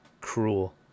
cruel